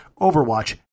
Overwatch